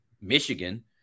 Michigan